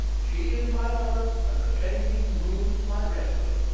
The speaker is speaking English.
she is my mother and the changing moons my brethren,